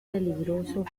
peligroso